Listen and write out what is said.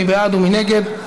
מי בעד ומי נגד?